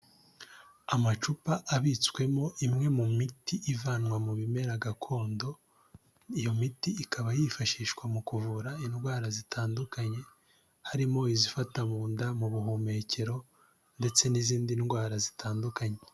Amacupa abitswemo imwe mu miti ivanwa mu bimera gakondo, iyo miti ikaba yifashishwa mu kuvura indwara zitandukanye harimo izifata munda, mu buhumekero ndetse n'izindi ndwara zitandukanye.